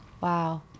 Wow